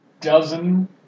dozen